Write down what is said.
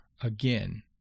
again